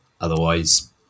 otherwise